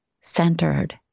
centered